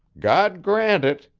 god grant it,